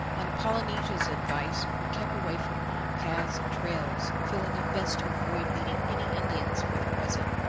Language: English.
on polynesia's advice, we kept away from all paths and trails, feeling it best to avoid meeting any indians for the present.